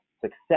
success